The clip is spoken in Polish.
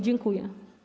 Dziękuję.